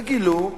וגילו: